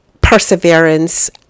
perseverance